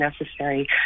necessary